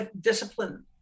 discipline